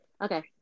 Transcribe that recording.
Okay